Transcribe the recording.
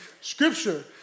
scripture